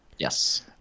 Yes